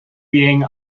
being